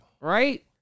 Right